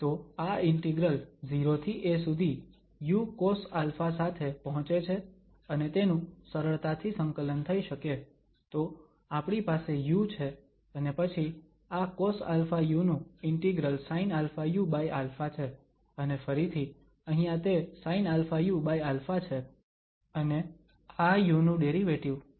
તો આ ઇન્ટિગ્રલ 0 થી a સુધી ucosα સાથે પહોંચે છે અને તેનું સરળતાથી સંકલન થઈ શકે તો આપણી પાસે u છે અને પછી આ cosαu નું ઇન્ટિગ્રલ sinαuα છે અને ફરીથી અહીંયા તે sinαuα છે અને આ u નું ડેરિવેટિવ 1 થશે